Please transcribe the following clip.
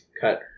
cut